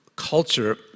culture